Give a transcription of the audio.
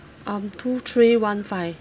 um two three one five